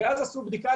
ואז עשו בדיקות